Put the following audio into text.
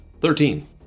Thirteen